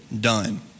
done